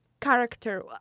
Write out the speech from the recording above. character